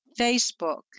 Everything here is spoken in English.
Facebook